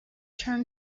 turn